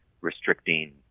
restricting